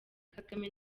kagame